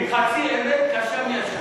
חצי אמת קשה מהשקר.